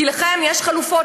כי לכם יש חלופות,